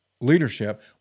leadership